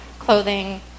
clothing